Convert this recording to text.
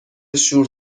شور